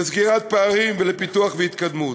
לסגירת פערים ולפיתוח והתקדמות.